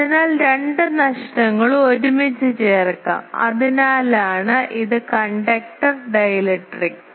അതിനാൽ രണ്ട് നഷ്ടങ്ങളും ഒരുമിച്ച് ചേർക്കാം അതിനാലാണ് ഇത് കണ്ടക്ടർ ഡീലക്ട്രിക്